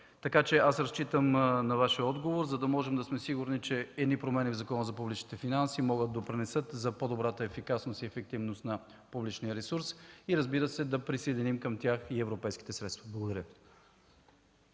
добър? Аз разчитам на Вашия отговор, за да можем да сме сигурни, че едни промени в Закона за публичните финанси могат да допринесат за по-добрата ефикасност и ефективност на публичния ресурс и, разбира се, да присъединим към тях и европейските средства. Благодаря.